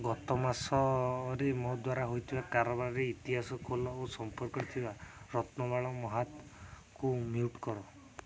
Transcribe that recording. ଗତ ମାସରେ ମୋ ଦ୍ୱାରା ହୋଇଥିବା କାରବାରରେ ଇତିହାସ ଖୋଲ ଓ ସମ୍ପର୍କରେ ଥିବା ରତ୍ନବାଳା ମହାତକୁ ମ୍ୟୁଟ୍ କର